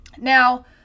Now